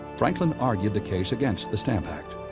franklin argued the case against the stamp act.